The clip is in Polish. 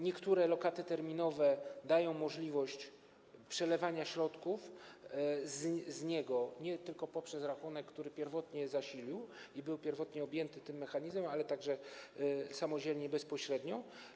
Niektóre lokaty terminowe dają możliwość przelewania z niego środków nie tylko poprzez rachunek, który pierwotnie zasilił i był pierwotnie objęty tym mechanizmem, ale także samodzielnie i bezpośrednio.